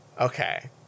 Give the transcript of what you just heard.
okay